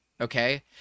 okay